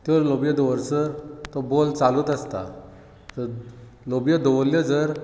त्यो लोबयो दवरसर तो बॉल चालूच आसता लोबयो दवरल्यो जर